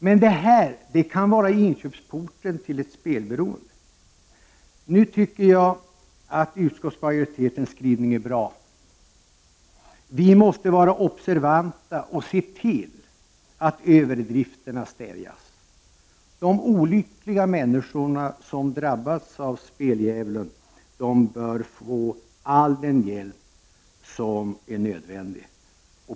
Sådant här kan dock vara inkörsporten till ett spelberoende. Jag tycker att utskottsmajoritetens skrivning är bra. Vi måste vara observanta och se till att överdrifter stävjas. De olyckliga människor som drabbas av speldjävulen bör få all den hjälp som är nödvändig.